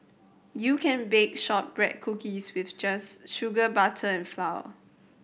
you can bake shortbread cookies with just sugar butter and flour